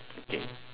okay